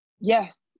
yes